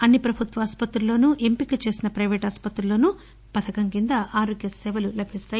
అన్ని పభుత్వ ఆస్పతుల్లోను ఎంపిక చేసిన పైవేటు ఆసుపతుల్లోను ఈ పథకం కింద ఆరోగ్య సేవలు లభిస్తాయి